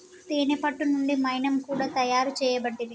తేనే పట్టు నుండి మైనం కూడా తయారు చేయబట్టిరి